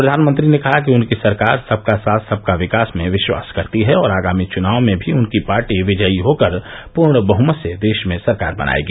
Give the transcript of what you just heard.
प्रधानमंत्री ने कहा कि उनकी सरकार सबका साथ सबका विकास में विश्वास करती है और आगामी चुनाव में भी उनकी पार्टी विजयी होकर पूर्ण बहमत से देश में सरकार बनाएगी